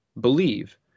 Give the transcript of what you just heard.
believe